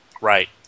Right